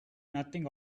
nothing